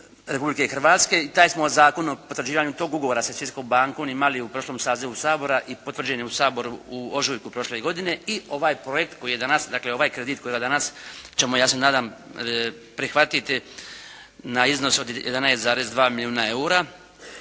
Republike Hrvatske. I taj smo Zakon o potvrđivanju tog ugovora sa Svjetskom bankom imali u prošlom sazivu Sabora i potvrđen je u Saboru u ožujku prošle godine. I ovaj projekt koji je danas, dakle ovaj kredit kojega danas ćemo ja se nadam prihvatiti na iznos od 11,2 milijuna EUR-a